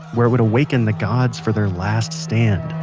where it would awaken the gods for their last stand